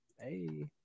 hey